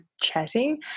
chatting